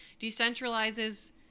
decentralizes